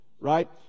right